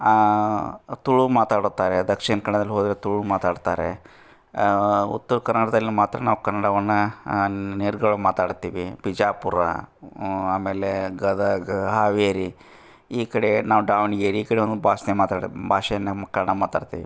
ತುಳು ಮಾತಾಡುತ್ತಾರೆ ದಕ್ಷಿಣ ಕನ್ನಡದಲ್ಲಿ ಹೋದರೆ ತುಳು ಮಾತಾಡ್ತಾರೆ ಉತ್ತರ ಕನ್ನಡದಲ್ಲಿ ಮಾತ್ರ ನಾವು ಕನ್ನಡವನ್ನ ನಿರರ್ಗಳ ಮಾತಾಡ್ತೀವಿ ಬಿಜಾಪುರ ಆಮೇಲೆ ಗದಗ ಹಾವೇರಿ ಈ ಕಡೆ ನಾವು ದಾವಣಗೆರೆ ಈ ಕಡೆನು ಬಾಸ್ನೆ ಮಾತಾಡಿ ಭಾಷೆ ನಮ್ಮ ಕನ್ನಡ ಮಾತಾಡ್ತಿವಿ